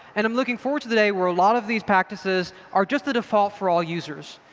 and i'm looking forward to the day where a lot of these practices are just the default for all users.